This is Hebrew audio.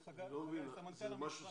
זה משהו סודי?